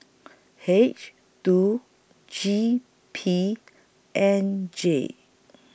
H two G P N J